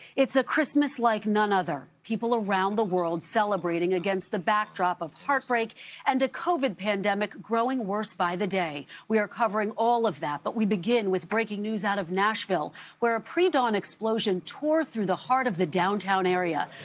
it's a christmas like none other, people around the world celebrating against the backdrop of heartbreak and a covid pandemic growing worse by the day. we are covering all of that. but we begin with breaking news out of nashville where a pre-dawn explosion tore through the heart of the downtown area.